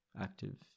active